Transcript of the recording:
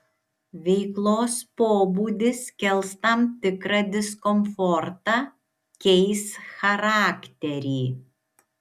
veiklos pobūdis kels tam tikrą diskomfortą keis charakterį